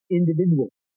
individuals